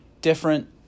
different